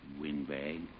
Windbag